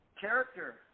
character